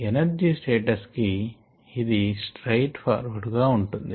energy status కి ఇది straight forward గా ఉంటుంది